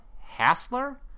Hassler